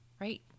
Right